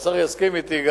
וגם השר יסכים אתי,